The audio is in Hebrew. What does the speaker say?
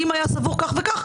אם היה סבור כך וכך,